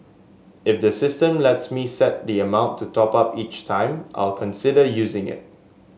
if the system lets me set the amount to top up each time I'll consider using it